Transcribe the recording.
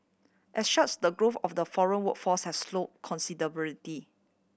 as such the growth of the foreign workforce has slow